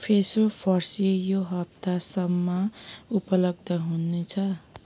फ्रेसो फर्सी यो हप्तासम्म उपलब्ध हुनेछ